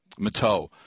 Mateau